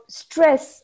stress